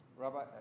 Rabbi